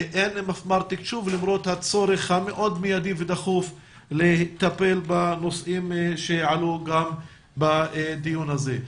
למרות הצורך המאוד מידי ודחוף לטפל בנושאים שעלו גם בדיון הזה.